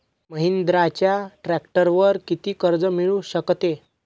महिंद्राच्या ट्रॅक्टरवर किती कर्ज मिळू शकते?